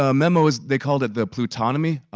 ah memos, they called it the plutonomy.